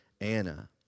Anna